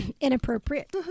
inappropriate